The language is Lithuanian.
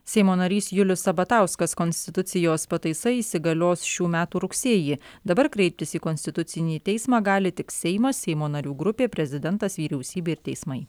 seimo narys julius sabatauskas konstitucijos pataisa įsigalios šių metų rugsėjį dabar kreiptis į konstitucinį teismą gali tik seimas seimo narių grupė prezidentas vyriausybė ir teismai